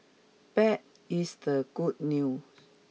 bad is the good news